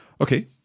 Okay